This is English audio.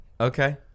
Okay